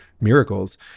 miracles